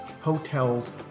hotels